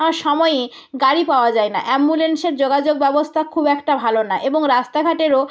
আর সময়ে গাড়ি পাওয়া যায় না অ্যাম্বুলেন্সের যোগাযোগ ব্যবস্থা খুব একটা ভালো নয় এবং রাস্তাঘাটেরও